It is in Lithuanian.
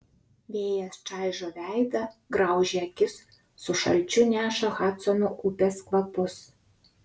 vėjas čaižo veidą graužia akis su šalčiu neša hadsono upės kvapus